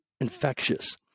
infectious